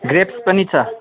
grapes पनि छ